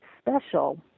special